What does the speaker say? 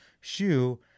shoe